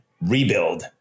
rebuild